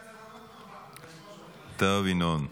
--- טוב, ינון.